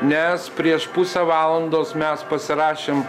nes prieš pusę valandos mes pasirašėm